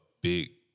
big